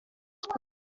sports